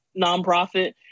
nonprofit